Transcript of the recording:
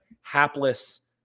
hapless